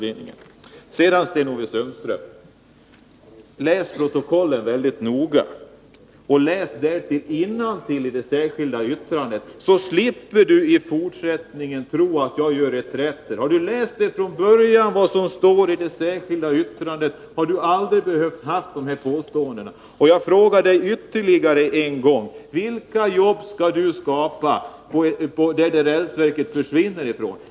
Sedan några ord till Sten-Ove Sundström: Läs protokollen mycket noga, och läs det särskilda yrkandet innantill! Då slipper Sten-Ove Sundström i fortsättningen tro att jag gör reträtter. Hade han från början läst vad som står i det särskilda yrkandet hade det aldrig varit nödvändigt för honom att göra de här påståendena. Jag vill fråga ytterligare en gång: Vilka jobb skall Sten-Ove Sundström skapa på den plats som rälsverket försvinner ifrån?